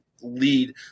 lead